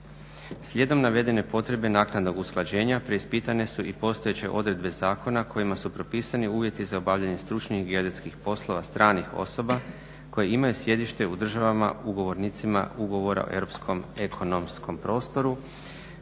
Slijedom navedene potrebe naknadnog usklađenja preispitane su i postojeće odredbe zakona kojima su propisani uvjeti za obavljanje stručnih i geodetskih poslova stranih osoba koje imaju sjedište u državama ugovornicima ugovora o europskom ekonomskom prostoru